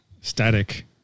static